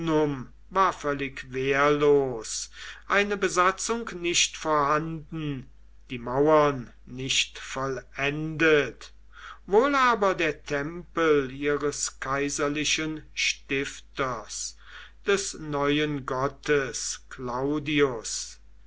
war völlig wehrlos eine besatzung nicht vorhanden die mauern nicht vollendet wohl aber der tempel ihres kaiserlichen stifters des neuen gottes claudius